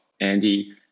Andy